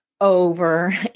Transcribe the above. over